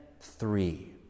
three